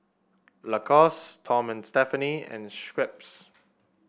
Lacoste Tom and Stephanie and Schweppes